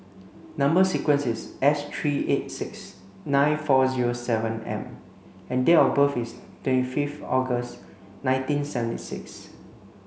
number sequence is S three eight six nine four zero seven M and date of birth is twenty fifth August nineteen seventy six